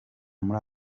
muri